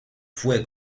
fue